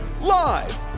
Live